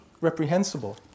reprehensible